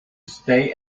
stay